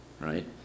right